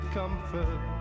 comfort